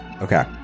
Okay